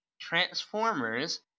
Transformers